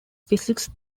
physics